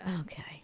Okay